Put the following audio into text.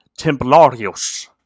Templarios